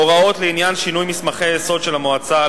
הוראות לעניין שינוי מסמכי היסוד של המועצה,